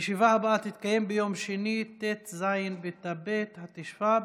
הישיבה הבאה תתקיים ביום שני, ט"ז בטבת התשפ"ב,